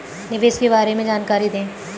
निवेश के बारे में जानकारी दें?